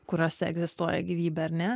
kuriose egzistuoja gyvybė ar ne